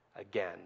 again